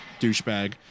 douchebag